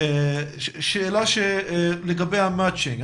שאלה לגבי המצ'ינג.